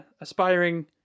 aspiring